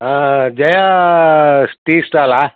ಹಾಂ ಜಯಾ ಟೀ ಸ್ಟಾಲಾ